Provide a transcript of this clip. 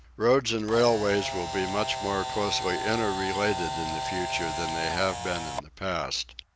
roads and railways will be much more closely inter-related in the future than they have been in the past.